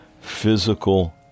physical